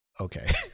okay